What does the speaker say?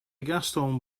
gaston